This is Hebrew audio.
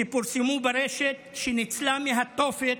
שפורסמו ברשת, שניצלה מהתופת.